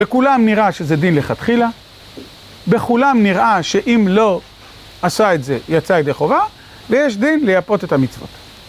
בכולם נראה שזה דין לכתחילה, בכולם נראה שאם לא עשה את זה, יצא ידי חובה, ויש דין לייפות את המצוות.